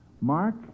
Mark